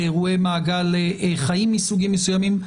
באירועי מעגל חיים מסוגים מסוימים,